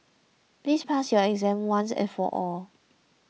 please pass your exam once and for all